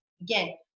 again